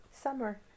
Summer